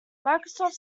microsoft